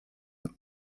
aux